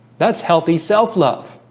that's healthy self-love